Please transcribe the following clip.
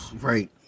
Right